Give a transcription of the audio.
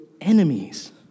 enemies